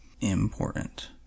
important